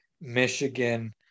Michigan